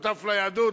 משותף ליהדות,